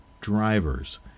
drivers